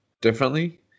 differently